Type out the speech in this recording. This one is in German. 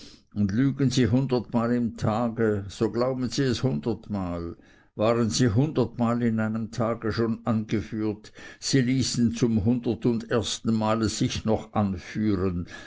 und lügen sie hundertmal im tage so glauben sie es hundertmal waren sie hundertmal in einem tage schon angeführt sie ließen zum hundertundersten male sich noch anführen